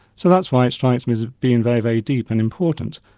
so that's why it strikes me as being very, very deep and important.